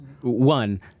one—